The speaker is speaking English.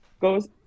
goes